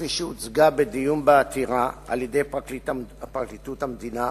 כפי שהוצגה בדיון בעתירה על-ידי פרקליטות המדינה,